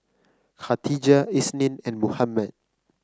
Khatijah Isnin and Muhammad